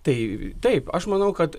tai taip aš manau kad